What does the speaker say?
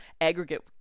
aggregate